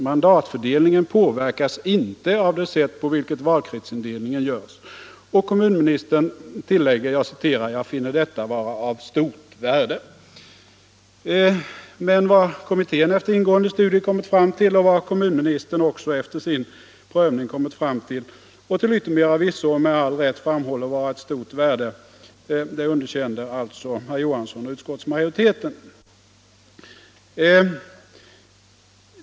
Mandatfördelningen påverkas inte av det sätt på vilket valkretsindelningen görs.” Kommunministern tillägger: ”Jag finner detta vara av stort värde.” Men vad kommittéen efter ingående studium kommit fram till och vad kommunministern också efter sin prövning kommit fram till och till yttermera visso och med all rätt framhåller vara av stort värde, det underkände alltså herr Johansson i Trollhättan och utskottsmajoriteten.